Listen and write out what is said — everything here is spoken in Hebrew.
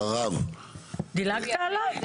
דילגת עליי?